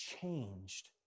changed